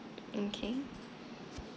mm K